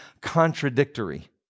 contradictory